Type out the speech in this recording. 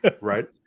right